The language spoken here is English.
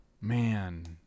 man